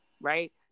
right